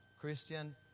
christian